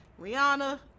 Rihanna